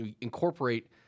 incorporate